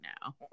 now